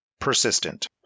Persistent